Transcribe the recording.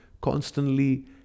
constantly